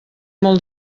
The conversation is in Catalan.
molt